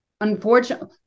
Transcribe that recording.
unfortunately